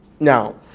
Now